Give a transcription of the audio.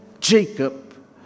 Jacob